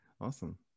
Awesome